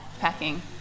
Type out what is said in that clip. packing